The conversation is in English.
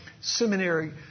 seminary